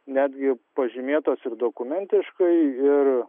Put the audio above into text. netgi pažymėtos ir dokumentiškai ir